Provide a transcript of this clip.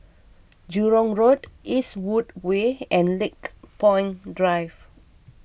Jurong Road Eastwood Way and Lakepoint Drive